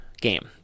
game